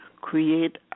create